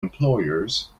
employers